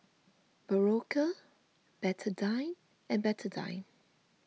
Berocca Betadine and Betadine